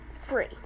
free